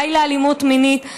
די לאלימות מינית.